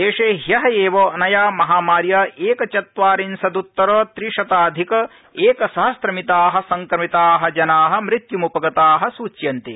देशे ह्य एव अनया महामार्या एक चत्वार्रिशदत्तर त्रिशताधिक एक सहस्रमिता संक्रमिता जना मृत्युमपगता सुच्यन्ते